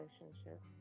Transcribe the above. relationship